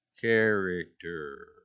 Character